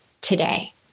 today